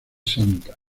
sta